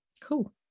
cool